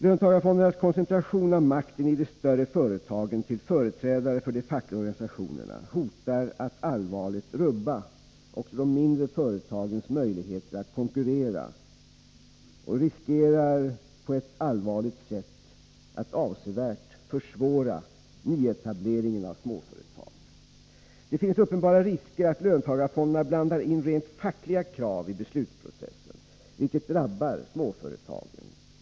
Löntagarfondernas koncentration av makten i de större företagen till företrädare för de fackliga organisationerna hotar att allvarligt rubba också de mindre företagens möjligheter att konkurrera och riskerar på ett allvarligt sätt att avsevärt försvåra nyetableringen av småföretag. Det finns uppenbara risker att löntagarfonderna blandar in rent fackliga krav i beslutsprocessen, vilket drabbar småföretagen.